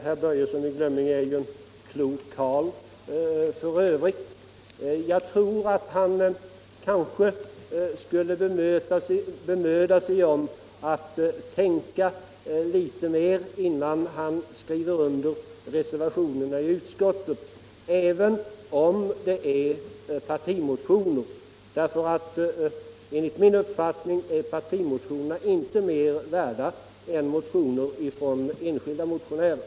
Han är ju en klok karl i övrigt, men han kanske skulle bemöda sig om att tänka litet mer, innan han skriver under reservationer i utskottet, även om det gäller partimotioner. Enligt min uppfattning är partimotionerna inte mer värda än motioner från enskilda motionärer.